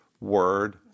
word